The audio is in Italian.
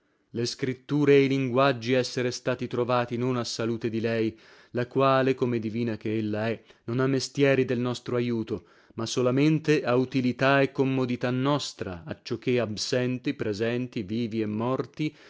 le scritture e i linguaggi essere stati trovati non a salute di lei la quale come divina che ella è non ha mestieri del nostro aiuto ma solamente a utilità e commodità nostra accioché absenti presenti vivi e rnorti